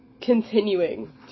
continuing